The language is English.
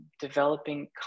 developing